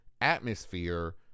atmosphere